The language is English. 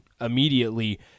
immediately